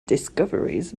discoveries